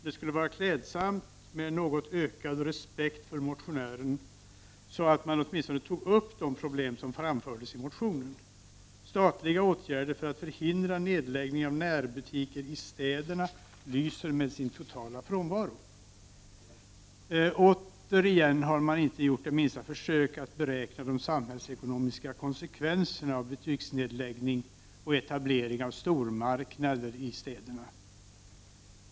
Det skulle vara klädsamt med en något ökad respekt för motionären, så att man åtminstone tog upp de problem som framförs i motionen. Statliga åtgärder för att förhindra nedläggning av närbutiker i städerna lyser med sin totala frånvaro. Återigen har man inte gjort det minsta försök att beräkna de samhällsekonomiska konsekvenserna av butiksnedläggning och etablering av stormarknader i städerna.